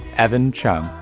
evan chang.